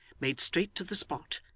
made straight to the spot,